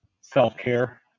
self-care